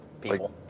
people